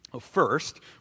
First